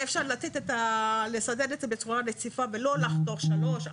היה אפשר לסדר את זה בצורה רציפה ולא לחתוך שלוש,